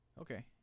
Okay